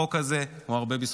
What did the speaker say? החוק הזה הוא הרבה בזכותכם.